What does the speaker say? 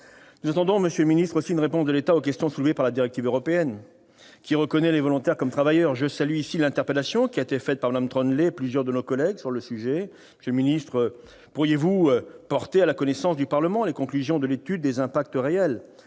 Nous attendons également une réponse de l'État aux questions soulevées par la directive européenne qui reconnaît les volontaires comme travailleurs. Je salue ici l'interpellation faite par Mme Troendlé et plusieurs de nos collègues sur ce point. Monsieur le secrétaire d'État, pourriez-vous porter à la connaissance du Parlement les conclusions de l'étude des impacts réels